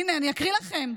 הינה, אני אקריא לכם: